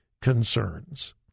concerns